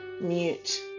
mute